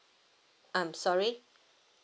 um sorry